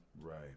Right